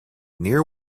near